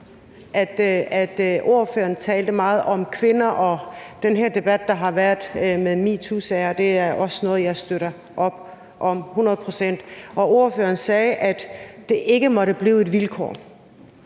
at ordføreren talte meget om kvinder og den debat, der har været om metoosager, og det er også noget, jeg støtter op om 100 pct. Ordføreren sagde, at det ikke måtte blive et vilkår.